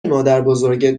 مادربزرگت